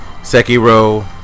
Sekiro